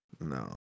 No